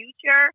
future